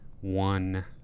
one